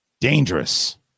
Dangerous